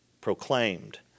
proclaimed